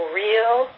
real